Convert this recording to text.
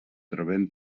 trobem